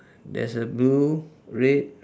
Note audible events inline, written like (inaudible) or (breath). (breath) there's a blue red